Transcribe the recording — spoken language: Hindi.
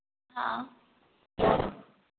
हाँ